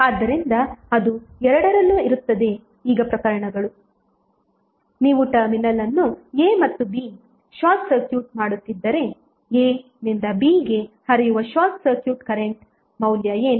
ಆದ್ದರಿಂದ ಅದು ಎರಡರಲ್ಲೂ ಇರುತ್ತದೆ ಈಗ ಪ್ರಕರಣಗಳು ನೀವು ಟರ್ಮಿನಲ್ ಅನ್ನು A ಮತ್ತು B ಶಾರ್ಟ್ ಸರ್ಕ್ಯೂಟ್ ಮಾಡುತ್ತಿದ್ದರೆ A ನಿಂದ B ಗೆ ಹರಿಯುವ ಶಾರ್ಟ್ ಸರ್ಕ್ಯೂಟ್ ಕರೆಂಟ್ನ ಮೌಲ್ಯ ಏನು